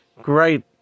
great